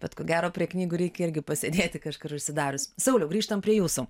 bet ko gero prie knygų reikia irgi pasėdėti kažkur užsidarius sauliau grįžtam prie jūsų